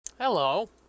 Hello